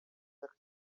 jak